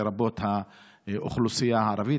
לרבות האוכלוסייה הערבית.